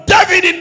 David